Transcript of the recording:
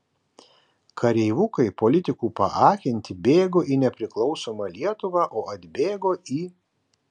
kareivukai politikų paakinti bėgo į nepriklausomą lietuvą o atbėgo į